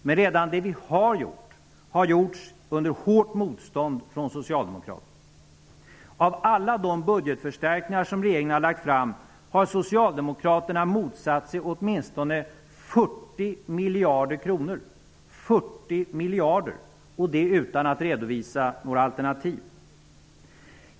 Men redan det som vi har gjort har gjorts under hårt motstånd från Av alla de budgetförstärkningar som regeringen har lagt fram har Socialdemokraterna motsatt sig åtminstone 40 miljarder kronor. Och det utan att redovisa några alternativ!